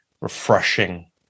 refreshing